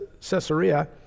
Caesarea